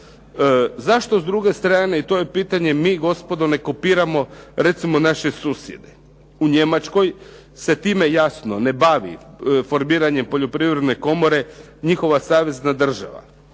Zašto s druge strane i to je pitanje, mi gospodo ne kopiramo recimo naše susjede, u Njemačkoj se time jasno ne bavi formiranjem poljoprivredne komore njihova savezna država,